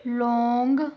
long